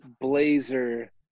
blazer